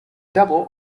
double